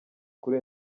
kuri